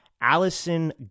Allison